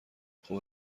خوب